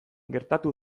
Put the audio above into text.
gertatu